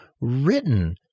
written